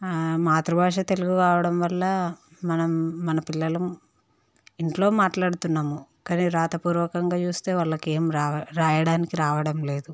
మాతృ భాష తెలుగు కావడం వల్ల మనం మన పిల్లలం ఇంట్లో మాట్లాడుతున్నాం కానీ రాత పూర్వకంగా చూస్తే వాళ్ళకు ఏమి రావా రాయడానికి రావడం లేదు